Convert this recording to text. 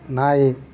ನಾಯಿ